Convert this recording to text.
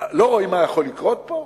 לא רואים מה יכול לקרות פה?